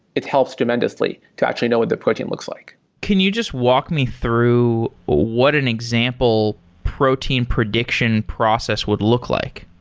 it helps tremendously to actually know what the protein looks like can you just walk me through what an example protein prediction process would look like?